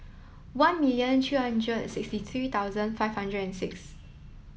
one million three hundred sixty three thousand five hundred and six